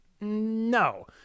No